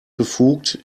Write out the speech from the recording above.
befugt